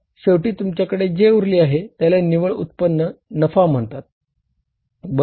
तर शेवटी तुमच्याकडे जे उरले आहे त्याला निव्वळ उत्पन्न नफा म्हणतात बरोबर